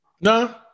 No